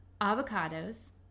avocados